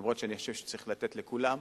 למרות שאני חושב שצריך לתת לכולם,